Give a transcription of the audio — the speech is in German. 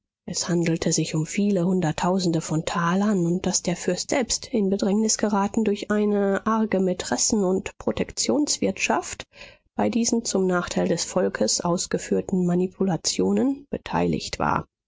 es handelte sich um viele hunderttausende von talern und daß der fürst selbst in bedrängnis geraten durch eine arge mätressen und protektionswirtschaft bei diesen zum nachteil des volkes ausgeführten manipulationen beteiligt war